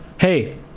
hey